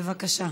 בבקשה.